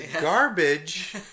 Garbage